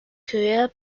career